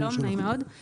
שלום ונעים מאוד,